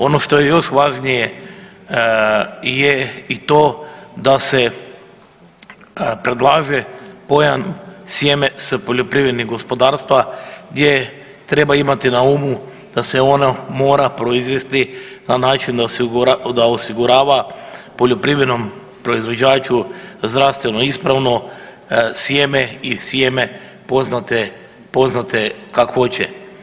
Ono što je još važnije je i to da se predlaže pojam sjeme sa hrvatskih gospodarstva, gdje treba imati na umu da se ono mora proizvesti na način da osigurava poljoprivrednom proizvođaču zdravstveno ispravno sjeme i sjeme poznate kakvoće.